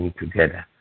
together